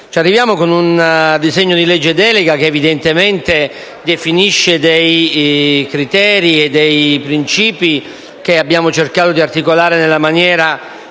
Ci arriviamo con un disegno di legge delega che definisce criteri e principi che abbiamo cercato di articolare nella maniera